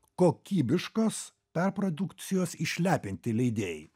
kokybiškas perprodukcijos išlepinti leidėjai